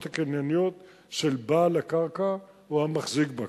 הקנייניות של בעל הקרקע או המחזיק בקרקע.